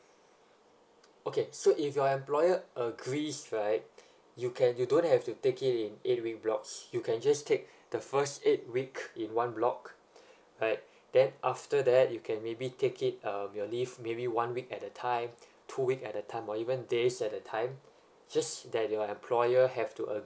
okay so if your employer agrees right you can you don't have to take it in eight week blocks you can just take the first eight week in one block right then after that you can maybe take it um your leave maybe one week at a time two week at a time or even days at a time just that your employer have to agree